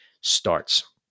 starts